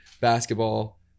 basketball